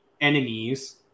enemies